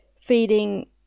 feeding